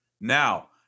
Now